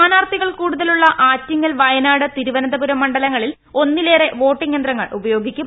സ്ഥാനാർത്ഥികൾ കൂടുതൽ ഉള്ള ആറ്റിങ്ങൽ വയനാട് തിരുവനന്തപുരം മണ്ഡലങ്ങളിൽ ഒന്നിലേറെ വോട്ടിങ്ങ് യന്ത്രങ്ങൾ ഉപയോഗിക്കും